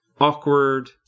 awkward